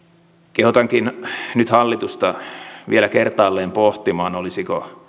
kehotankin nyt hallitusta vielä kertaalleen pohtimaan olisiko